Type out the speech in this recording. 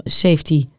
safety